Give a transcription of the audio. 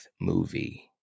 movie